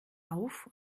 auf